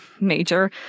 major